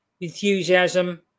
enthusiasm